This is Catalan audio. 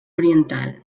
oriental